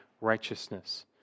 righteousness